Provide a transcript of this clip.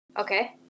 Okay